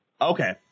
Okay